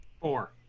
four